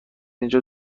اینجا